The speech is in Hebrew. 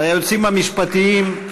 ליועצים המשפטיים,